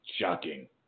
shocking